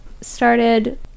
started